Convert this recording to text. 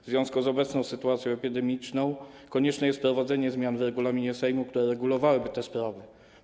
W związku z obecną sytuacją epidemiczną konieczne jest wprowadzenie zmian w regulaminie Sejmu, które regulowałyby te sprawy.